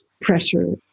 pressure